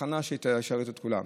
התחנה שתשרת את כולם.